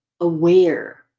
aware